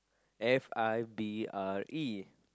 F I B R E